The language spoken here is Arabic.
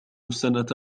السنة